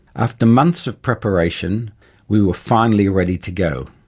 after months of preparation we were finally ready to go.